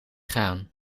gaan